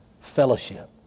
fellowship